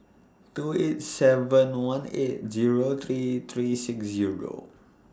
two eight seven one eight Zero three three six Zero